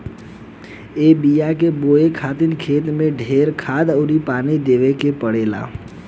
ए बिया के बोए खातिर खेत मे ढेरे खाद अउर पानी देवे के पड़ेला